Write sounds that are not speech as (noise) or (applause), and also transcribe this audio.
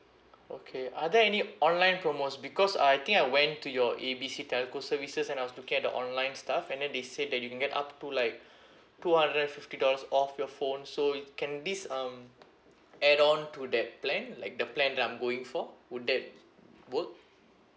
okay are there any online promos because I think I went to your A B C telco services and I was looking at the online stuff and then they said that you can get up to like (breath) two hundred and fifty dollars off your phone so it can this um add on to that plan like the plan that I'm going for would that work